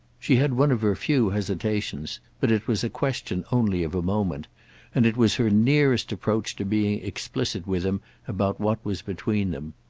she had one of her few hesitations, but it was a question only of a moment and it was her nearest approach to being explicit with him about what was between them.